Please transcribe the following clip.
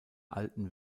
alten